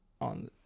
on